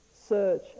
search